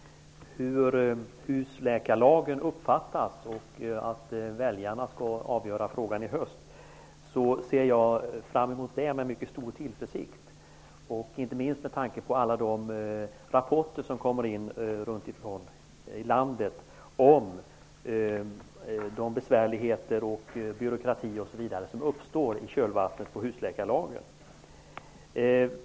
Hur husläkarlagen uppfattas är en fråga som väljarna skall få avgöra i höst. Jag ser fram mot det med mycket stor tillförsikt, inte minst med tanke på alla de rapporter som kommer från olika delar av landet, de besvärligheter, byråkratier osv. som uppstår i köldvattnet på husläkarlagen.